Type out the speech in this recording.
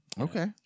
Okay